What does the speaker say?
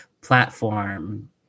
platform